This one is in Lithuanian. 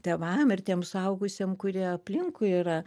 tėvam ir tiem suaugusiem kurie aplinkui yra